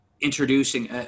introducing